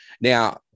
Now